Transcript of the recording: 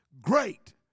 great